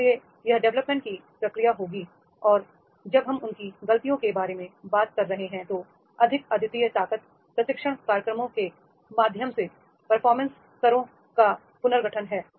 इसलिए यह डेवलपमेंट की प्रक्रिया होगी और जब हम उनकी गलतियों के बारे में बात कर रहे हैं तो अधिक अद्वितीय ताकत प्रशिक्षण कार्यक्रमो के माध्यम से परफॉर्मेंस स्तरों का पुनर्गठन हैं